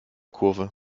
kurve